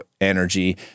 energy